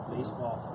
Baseball